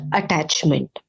attachment